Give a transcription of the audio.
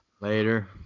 Later